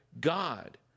God